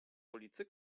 ulicy